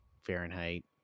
Fahrenheit